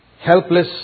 Helpless